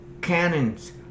cannons